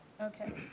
Okay